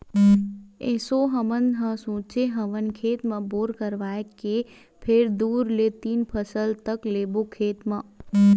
एसो हमन ह सोचे हवन खेत म बोर करवाए के फेर दू ले तीन फसल तक लेबो खेत म